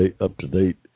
up-to-date